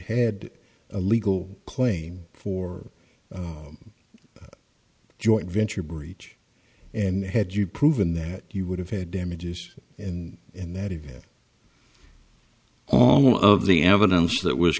had a legal claim for a joint venture breach and had you proven that you would have had damages and in that event all of the evidence that was